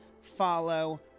follow